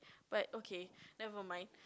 but okay never mind